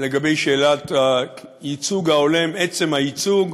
לגבי שאלת הייצוג ההולם, עצם הייצוג,